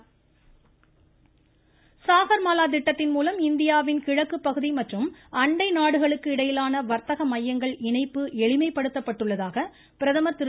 பிரதமர் துறைமுகம் சாகர் மாலா திட்டத்தின் மூலம் இந்தியாவின் கிழக்கு பகுதி மற்றும் அண்டை நாடுகளுக்கு இடையிலான வர்த்தக மையங்கள் இணைப்பு எளிமைப்படுத்தப்பட்டுள்ளதாக பிரதமர் திரு